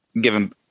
given